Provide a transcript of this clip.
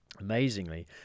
amazingly